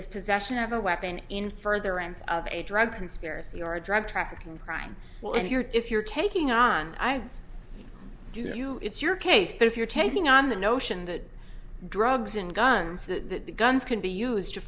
was possession of a weapon in furtherance of a drug conspiracy or a drug trafficking crime well if you're if you're taking on i do you it's your case but if you're taking on the notion that drugs and guns that guns can be used to